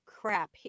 crap